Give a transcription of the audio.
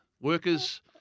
Workers